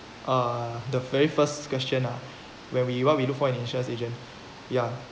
uh the very first question ah when we what we look for in an insurance agent ya